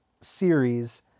series